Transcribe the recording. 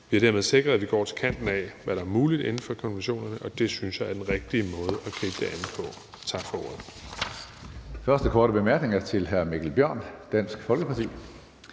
Vi har dermed sikret, at vi går til kanten af, hvad der er muligt inden for konventionerne, og det synes jeg er den rigtige måde at gribe det an på. Tak for ordet.